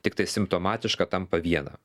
tiktai simptomatiška tampa viena